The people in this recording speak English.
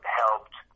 helped